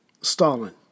Stalin